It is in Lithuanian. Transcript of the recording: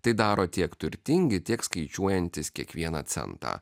tai daro tiek turtingi tiek skaičiuojantys kiekvieną centą